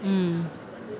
um